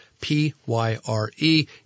P-Y-R-E